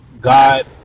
God